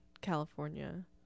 California